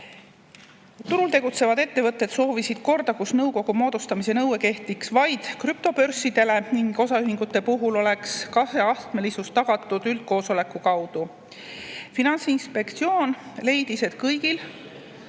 Turul tegutsevad ettevõtted soovisid korda, et nõukogu moodustamise nõue kehtiks vaid krüptobörsidele, osaühingute puhul oleks kaheastmelisus tagatud üldkoosoleku kaudu. Finantsinspektsioon leidis, et kõigil